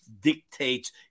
dictates